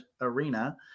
Arena